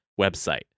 website